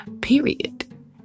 period